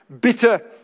bitter